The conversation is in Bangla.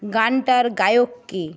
গানটার গায়ক কে